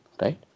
right